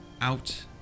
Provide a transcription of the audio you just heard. out